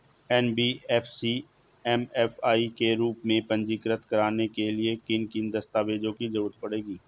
NBFC MFI के रूप में पंजीकृत कराने के लिए किन किन दस्तावेजों की जरूरत पड़ेगी?